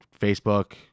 facebook